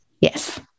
Yes